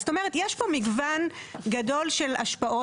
זאת אומרת יש פה מגוון גדול של השפעות,